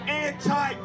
anti